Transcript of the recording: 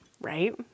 Right